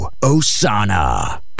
Osana